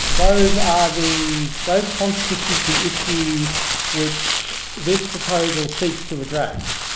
those are the those constitute the issue which this proposal seeks to address.